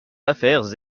affaires